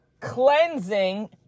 cleansing